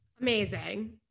Amazing